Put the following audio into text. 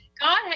God